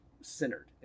centered